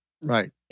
right